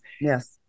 Yes